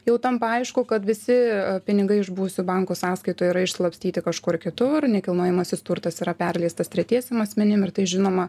jau tampa aišku kad visi pinigai iš buvusių bankų sąskaitų yra išslapstyti kažkur kitur nekilnojamasis turtas yra perleistas tretiesiem asmenim ir tai žinoma